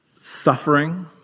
suffering